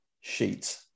sheet